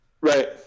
right